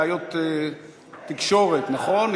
ממקום אחר בגלל בעיות תקשורת, נכון?